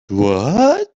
what